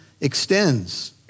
extends